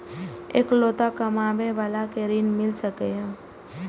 इकलोता कमाबे बाला के ऋण मिल सके ये?